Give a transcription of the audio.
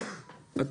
לא.